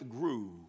grew